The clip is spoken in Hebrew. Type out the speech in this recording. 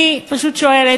אני פשוט שואלת,